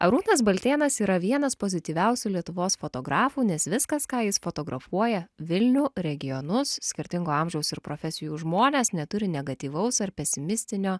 arūnas baltėnas yra vienas pozityviausių lietuvos fotografų nes viskas ką jis fotografuoja vilnių regionus skirtingo amžiaus ir profesijų žmones neturi negatyvaus ar pesimistinio